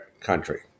country